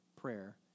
prayer